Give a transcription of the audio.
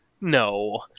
no